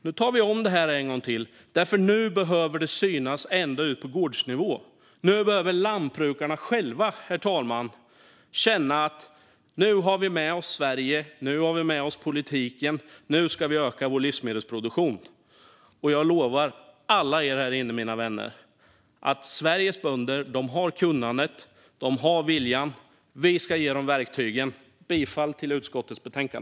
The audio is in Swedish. Nu tar vi om det en gång till, för nu behöver det synas ända ut till gårdarna. Nu behöver lantbrukarna själva känna att de har med sig Sverige och politiken. Nu ska vi öka vår livsmedelsproduktion. Jag lovar er alla här inne, mina vänner, att Sveriges bönder har kunnandet och viljan, och vi ska ge dem verktygen. Jag yrkar bifall till utskottets förslag.